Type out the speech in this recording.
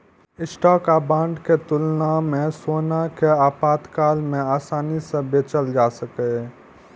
stock आ bond के तुलना मे सोना कें आपातकाल मे आसानी सं बेचल जा सकैए